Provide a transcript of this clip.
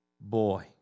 Boy